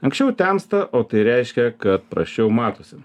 anksčiau temsta o tai reiškia kad prasčiau matosi